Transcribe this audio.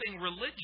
religious